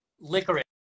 Licorice